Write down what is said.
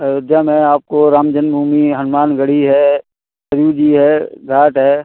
अयोध्या में आपको राम जन्मभूमि हनुमान गढ़ी है सरयू जी है घाट है